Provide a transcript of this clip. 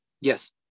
Yes